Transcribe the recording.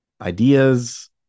ideas